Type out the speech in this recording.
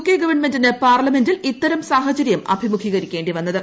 K ഗവൺമെന്റിന് പാർലമെന്റിൽ ഇത്തരം സാഹചര്യം അഭിമുഖീകരിക്കേണ്ടിവന്നത്